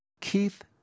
Keith